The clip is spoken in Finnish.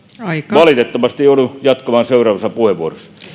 valitettavasti joudun jatkamaan seuraavassa puheenvuorossa